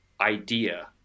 idea